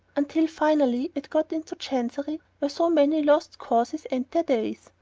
until finally it got into chancery where so many lost causes end their days.